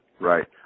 Right